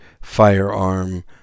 firearm